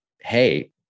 hey